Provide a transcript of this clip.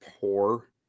poor